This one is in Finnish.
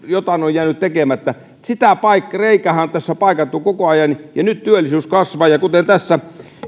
jotain on jäänyt tekemättä sitä reikäähän on tässä paikattu koko ajan ja nyt työllisyys kasvaa ja kuten tässä